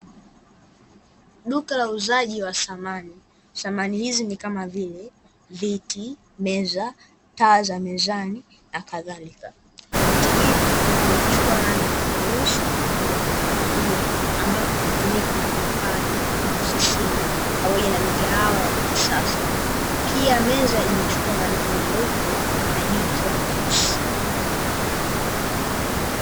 Duka la wauzaji wa samani. Samani hizi ni kama vile viti, meza, taa za mizani na kadhalika. Viti hivi vimechukua rangi ya nyeusi pamoja na kahawia, ambapo, hutumika majumbani, maofisini, pamoja na migahawa ya kisasa. Pia meza imechukua rangi nyeupe na juu ikiwa nyeusi.